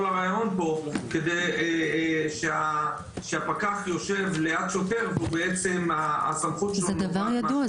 כל הרעיון פה כדי שהפקח יושב ליד שוטר והסמכות --- זה דבר ידוע.